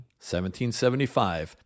1775